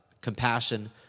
compassion